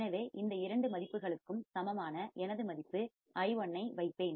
எனவே இந்த இரண்டு மதிப்புகளுக்கும் சமமான எனது மதிப்பு i1 ஐ வைப்பேன்